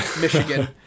Michigan